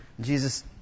Jesus